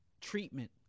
treatment